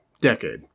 decade